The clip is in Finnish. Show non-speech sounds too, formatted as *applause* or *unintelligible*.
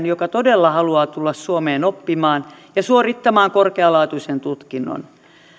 *unintelligible* joka todella haluaa tulla suomeen oppimaan ja suorittamaan korkealaatuisen tutkinnon